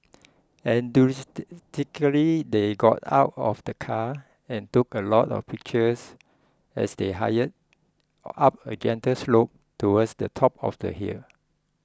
enthusiastically they got out of the car and took a lot of pictures as they hire up a gentle slope towards the top of the hill